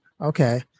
Okay